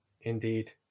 Indeed